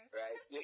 right